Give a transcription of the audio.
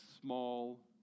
small